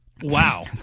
Wow